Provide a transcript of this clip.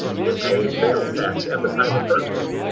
you would pay sales tax at the time of purchase.